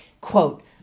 Quote